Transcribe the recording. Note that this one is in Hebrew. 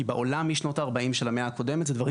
כי בעולם משנות ה-40' של המאה הקודמת זה דברים